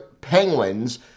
Penguins